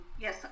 yes